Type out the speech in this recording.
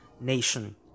nation